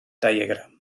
diagram